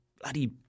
bloody